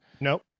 nope